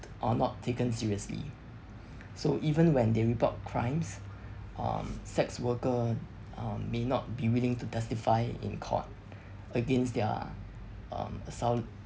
or not taken seriously so even when they report crimes um sex worker um may not be willing to testify in court against their um assault